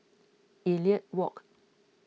Elliot Walk